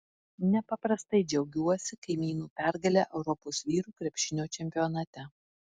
nepaprastai džiaugiuosi kaimynų pergale europos vyrų krepšinio čempionate